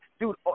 Dude